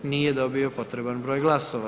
Nije dobio potreban broj glasova.